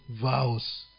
vows